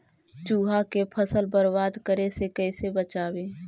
चुहा के फसल बर्बाद करे से कैसे बचाबी?